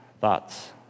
thoughts